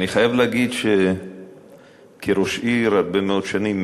אני חייב להגיד שכראש עיר הרבה מאוד שנים,